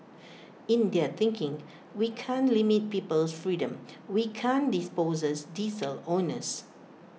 in their thinking we can't limit people's freedom we can't dispossess diesel owners